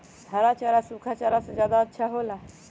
हरा चारा सूखा चारा से का ज्यादा अच्छा हो ला?